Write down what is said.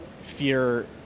fear